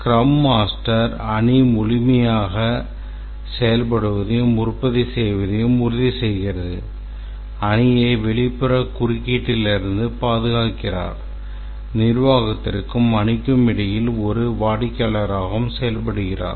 scrum master அணி முழுமையாக செயல்படுவதையும் உற்பத்தி செய்வதையும் உறுதிசெய்கிறது அணியை வெளிப்புற குறுக்கீட்டிலிருந்து பாதுகாக்கிறார் நிர்வாகத்திற்கும் அணிக்கும் இடையில் ஒரு வாடிக்கையாளராகவும் செயல்படுகிறார்